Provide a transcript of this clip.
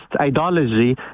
ideology